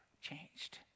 changed